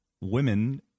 women